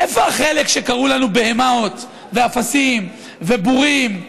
איפה החלק שקראו לנו בהמות, ואפסים, ובורים,